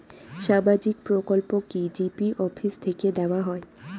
সামাজিক প্রকল্প কি জি.পি অফিস থেকে দেওয়া হয়?